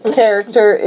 character